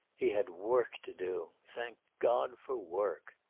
he had work to do. thank god for work.